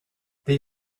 they